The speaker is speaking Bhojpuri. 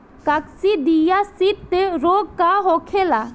काकसिडियासित रोग का होखेला?